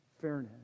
fairness